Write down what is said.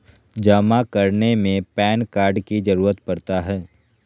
जमा करने में पैन कार्ड की जरूरत पड़ता है?